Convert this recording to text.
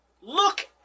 look